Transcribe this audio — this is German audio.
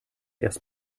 erst